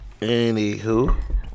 Anywho